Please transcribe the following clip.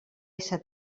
esser